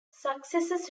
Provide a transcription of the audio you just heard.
successes